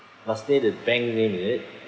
must say the bank name is it